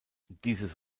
dieses